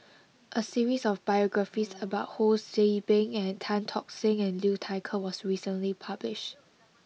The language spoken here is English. a series of biographies about Ho See Beng and Tan Tock Seng and Liu Thai Ker was recently published